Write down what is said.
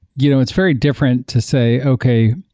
you know it's very different to say, okay,